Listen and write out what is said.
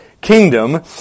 kingdom